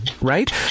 right